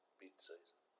mid-season